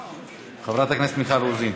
חברת הכנסת מיכל רוזין,